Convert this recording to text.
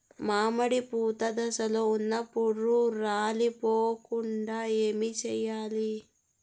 మామిడి పూత దశలో ఉన్నప్పుడు రాలిపోకుండ ఏమిచేయాల్ల?